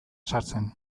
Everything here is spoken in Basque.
sartzen